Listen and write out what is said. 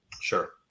Sure